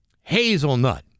hazelnut